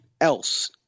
else